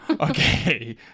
Okay